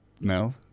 No